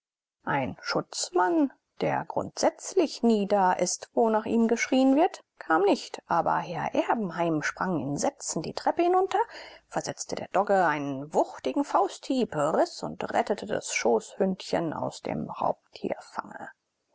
ein schutzmann der grundsätzlich nie da ist wo nach ihm geschrien wird kam nicht aber herr erbenheim sprang in sätzen die treppe hinunter versetzte der dogge einen wuchtigen fausthieb riß und rettete das schoßhündchen aus dem